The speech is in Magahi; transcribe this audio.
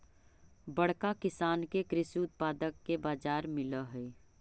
बड़का किसान के कृषि उत्पाद के बाजार मिलऽ हई